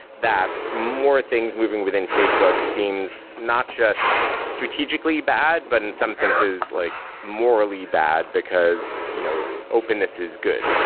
that more things moving within facebook seems not just strategically bad, but in some senses like morally bad, because you know openness is good.